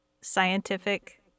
scientific